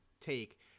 take